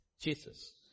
Jesus